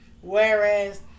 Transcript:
Whereas